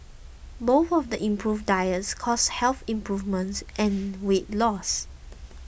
both of the improved diets caused health improvements and weight loss